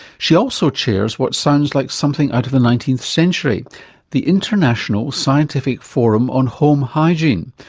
she also chairs what sounds like something out of the nineteenth century the international scientific forum on home hygiene.